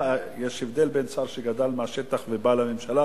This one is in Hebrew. יש הבדל בין שר שגדל בשטח ובא לממשלה